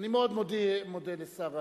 אני מאוד מודה לשר המסחר,